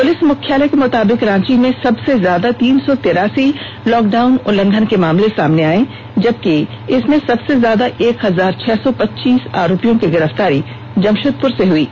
police मुख्यालय के मुताबिक रांची में सबसे ज्यादा तीन सौ तिरासी लॉकडाउन उल्लंघन के मामले सामने आए हैं जबकि इस मामले में सबसे ज्यादा एक हजार छह सौ पच्चीस आरोपियों की गिरफ्तारी जमशेदपुर से हुई है